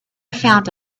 found